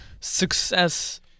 Success